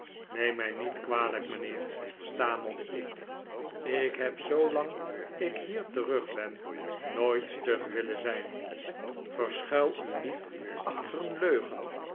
neem mij niet kwalijk mijnheer stamelde ik ik heb zoolang ik hier terug ben nooit stug willen zijn verschuil u niet achter een leugen